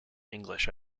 english